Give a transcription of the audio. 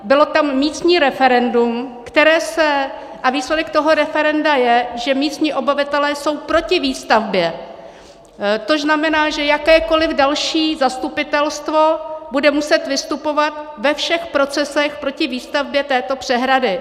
Bylo tam místní referendum a výsledek toho referenda je, že obyvatelé jsou proti výstavbě, což znamená, že jakékoliv další zastupitelstvo bude muset vystupovat ve všech procesech proti výstavbě této přehrady.